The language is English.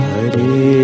Hare